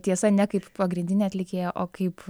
tiesa ne kaip pagrindinė atlikėja o kaip